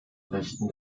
rechten